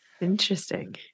Interesting